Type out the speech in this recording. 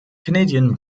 canadian